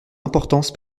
importance